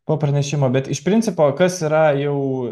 po pranešimo bet iš principo kas yra jau